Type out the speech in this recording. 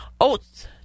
Oats